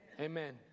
Amen